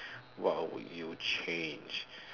what would you change